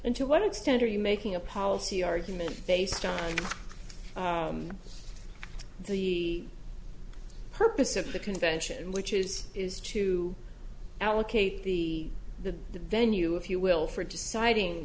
and to what extent are you making a policy argument based on the purpose of the convention which is to allocate the the venue if you will for deciding